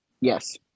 yes